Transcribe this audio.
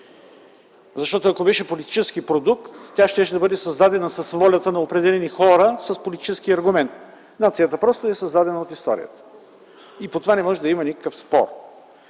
общности. Ако беше политически продукт, тя щеше да бъде създадена с волята на определени хора с политически аргументи, а нацията просто е създадена от историята и по това не може да има никакъв спор.